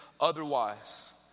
otherwise